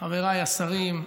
חבריי השרים,